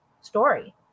story